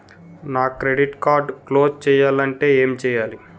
నా credit card close చేయాలంటే ఏంటి చేయాలి?